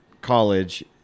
college